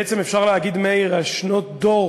בעצם אפשר להגיד, מאיר, שנות דור